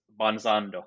banzando